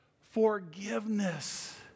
Forgiveness